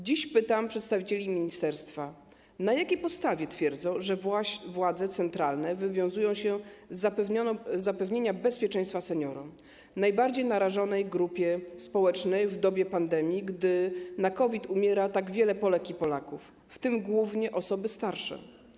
Dziś pytam przedstawicieli ministerstwa, na jakiej podstawie twierdzą, że władze centralne wywiązują się z zapewnienia bezpieczeństwa seniorom, najbardziej narażonej grupie społecznej w dobie pandemii, gdy na COVID umiera tak wiele Polek i Polaków, w tym głównie osoby starsze.